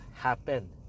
happen